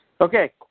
Okay